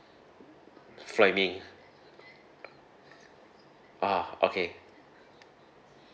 flaming ah okay